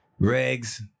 regs